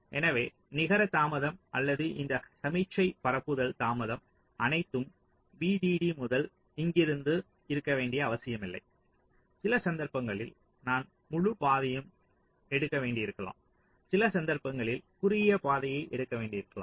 எனவே நிகர தாமதம் அல்லது இந்த சமிக்ஞை பரப்புதல் தாமதம் அனைத்தும் VDD முதல் இங்கிருந்து இருக்க வேண்டிய அவசியமில்லை சில சந்தர்ப்பங்களில் நான் முழு பாதையையும் எடுக்க வேண்டியிருக்கலாம் சில சந்தர்ப்பங்களில் குறுகிய பாதையை எடுக்க வேண்டியிருக்கலாம்